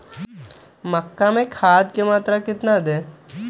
मक्का में खाद की मात्रा कितना दे?